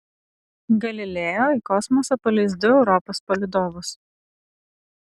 galileo į kosmosą paleis du europos palydovus